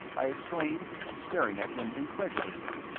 i exclaimed, staring at him incredulously.